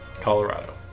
Colorado